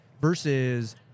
Versus